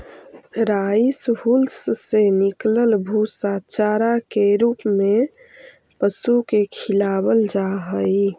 rice हुलस से निकलल भूसा चारा के रूप में पशु के खिलावल जा हई